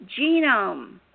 Genome